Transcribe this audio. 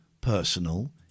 personal